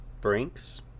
Brinks